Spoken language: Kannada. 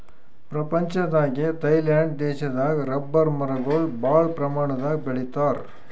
ಪ್ರಪಂಚದಾಗೆ ಥೈಲ್ಯಾಂಡ್ ದೇಶದಾಗ್ ರಬ್ಬರ್ ಮರಗೊಳ್ ಭಾಳ್ ಪ್ರಮಾಣದಾಗ್ ಬೆಳಿತಾರ್